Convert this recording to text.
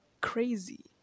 crazy